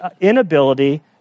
inability